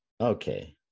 Okay